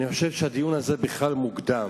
הדיון הזה בכלל מוקדם,